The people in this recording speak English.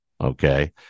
Okay